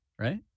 right